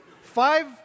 Five